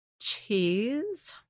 cheese